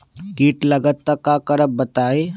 कीट लगत त क करब बताई?